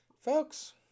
Folks